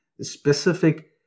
specific